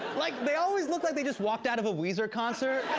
like, they always look like they just walked out of a weezer concert.